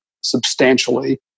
substantially